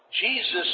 Jesus